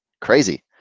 crazy